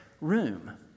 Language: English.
room